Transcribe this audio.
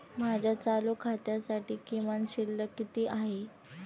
माझ्या चालू खात्यासाठी किमान शिल्लक किती आहे?